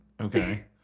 Okay